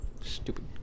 Stupid